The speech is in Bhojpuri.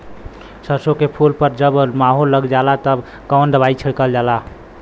सरसो के फूल पर जब माहो लग जाला तब कवन दवाई छिड़कल जाला?